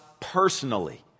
personally